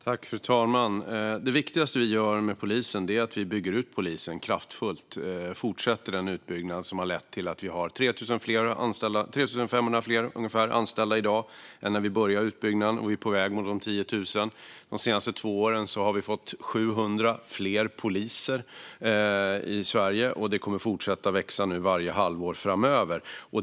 Fru talman! Det viktigaste vi gör när det gäller polisen är att vi bygger ut den kraftfullt. Vi fortsätter den utbyggnad som har lett till att vi har ungefär 3 500 fler anställda i dag än när vi började utbyggnaden. Vi är på väg mot 10 000. De senaste två åren har vi fått 700 fler poliser i Sverige, och antalet kommer att fortsätta att växa varje halvår framöver.